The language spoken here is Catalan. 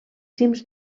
cims